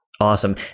Awesome